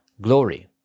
Glory